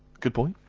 good point.